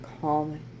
calming